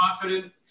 confident